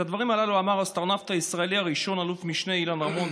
את הדברים הללו אמר האסטרונאוט הישראלי הראשון אלוף-משנה אילן רמון,